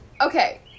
okay